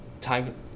Time